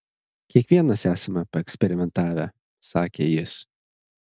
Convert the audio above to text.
kiekvienas esame paeksperimentavę sakė jis